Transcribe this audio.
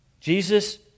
Jesus